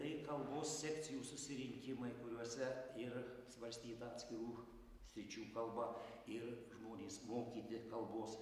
tai kalbos mūsų sekcijų susirinkimai kuriuose ir svarstyta atskirų sričių kalba ir žmonės mokyti kalbos